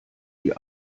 die